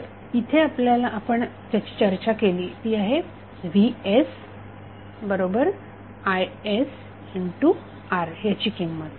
तर इथे आपण ज्याची चर्चा केली ती आहे vsisR याची किंमत